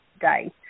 day